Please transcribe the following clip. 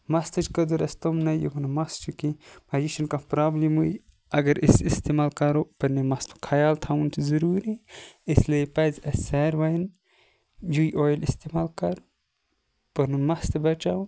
مَستٕچ قدر آسہِ تِمنٕے یِمَن نہٕ مَس چھُ کینٛہہ یہِ چھُنہٕ کانٛہہ پرابلمٕے اَگَر أسۍ اِستعمال کَرَو پَننہِ مَستُک خَیال تھوُن چھُ ضروٗری اِسلیے پَز اَسہ سارنٕے یی اۄیل اِستِمال کَرُن پَنُن مَس تہِ بَچاوُن